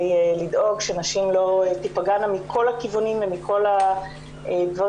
לדאוג שנשים לא תיפגענה מכל הכיוונים ומכל הדברים